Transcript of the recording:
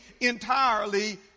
entirely